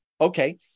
okay